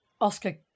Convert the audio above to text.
oscar